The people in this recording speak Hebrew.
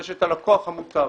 ויש את הלקוח המוטב.